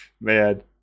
Man